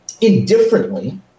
indifferently